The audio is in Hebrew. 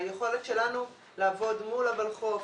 היכולת שלנו לעבוד מול הוולחוף,